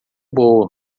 boa